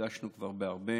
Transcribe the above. שנפגשנו כבר בהרבה